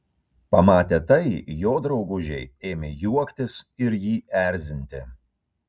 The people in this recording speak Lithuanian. pamatę tai jo draugužiai ėmė juoktis ir jį erzinti